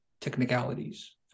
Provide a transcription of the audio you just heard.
technicalities